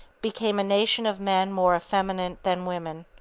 became a nation of men more effeminate than women.